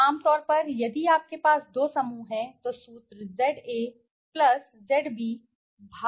आम तौर पर यदि आपके दो समान समूह हैं तो सूत्र Z Z 2 है